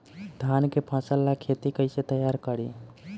धान के फ़सल ला खेती कइसे तैयार करी?